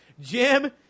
jim